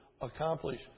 accomplish